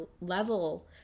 level